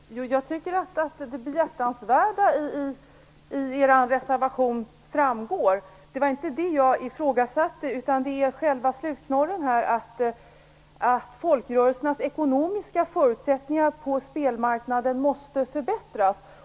Herr talman! Jag tycker att det behjärtansvärda i er reservation framgår. Det var inte det jag ifrågasatte utan själva slutknorren, att folkrörelsernas ekonomiska förutsättningar på spelmarknaden måste förbättras.